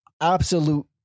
absolute